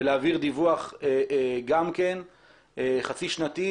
ולהעביר דיווח חצי שנתי,